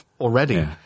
already